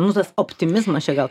nu tas optimizmas čia gal